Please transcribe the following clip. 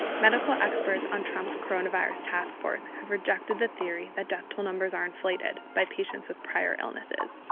medical experts on trump's coronavirus task force have rejected the theory that death-toll numbers are inflated by patients with prior illnesses.